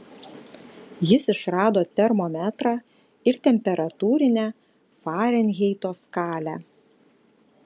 jis išrado termometrą ir temperatūrinę farenheito skalę